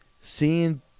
seeing